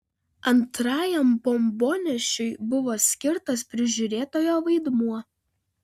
antrajam bombonešiui buvo skirtas prižiūrėtojo vaidmuo